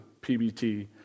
PBT